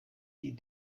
die